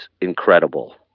incredible